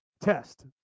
test